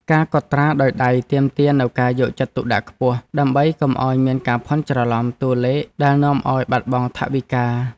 ការកត់ត្រាដោយដៃទាមទារនូវការយកចិត្តទុកដាក់ខ្ពស់ ដើម្បីកុំឱ្យមានការភាន់ច្រឡំតួលេខដែលនាំឱ្យបាត់បង់ថវិកា។